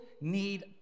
need